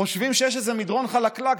חושבים שיש איזה מדרון חלקלק,